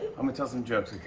i'm gonna tell some jokes,